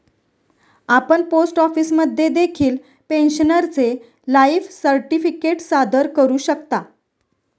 आपण पोस्ट ऑफिसमध्ये देखील पेन्शनरचे लाईफ सर्टिफिकेट सादर करू शकता